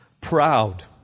proud